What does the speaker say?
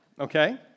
okay